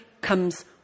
comes